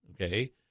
okay